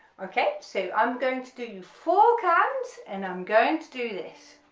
okay so i'm going to do four counts and i'm going to do this